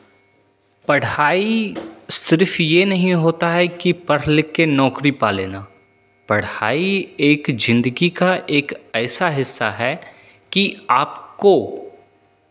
पढ़ाई सिर्फ ये नहीं होता है कि पढ़ लिख के नौकरी पा लेना पढ़ाई एक ज़िंदगी का एक ऐसा हिस्सा है कि आपको